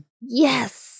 Yes